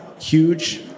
huge